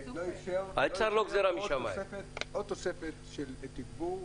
מה שאתה אמרת, האוצר לא אפשר עוד תוספת של תגבור.